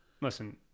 Listen